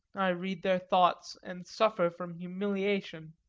i read their thoughts, and suffer from humiliation.